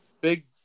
big